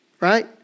right